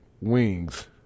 Wings